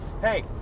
Hey